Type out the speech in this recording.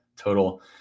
total